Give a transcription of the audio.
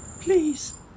Please